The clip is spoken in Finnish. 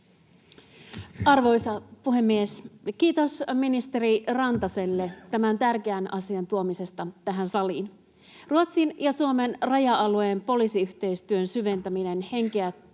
Arvoisa puhemies! Kiitos ministeri Rantaselle tämän tärkeän asian tuomisesta tähän saliin. Ruotsin ja Suomen raja-alueen poliisiyhteistyön syventäminen henkeä